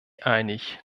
einig